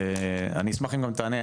אני אשמח אם גם תענה,